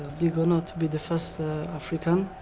big honour to be the first african.